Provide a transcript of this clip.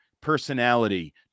personality